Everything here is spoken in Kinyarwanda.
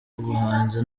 ubuhanzi